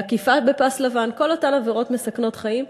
עקיפה על פס לבן, כל אותן עבירות מסכנות חיים.